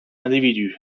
individu